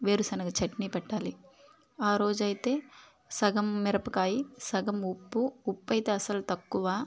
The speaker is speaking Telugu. వేరుశెనగ చట్నీ పెట్టాలి ఆ రోజైతే సగం మిరపకాయ సగం ఉప్పు ఉప్పైతే అసల తక్కువ